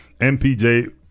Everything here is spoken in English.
mpj